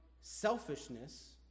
selfishness